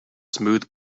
smooth